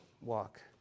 walk